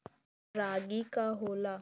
रागी का होला?